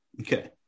okay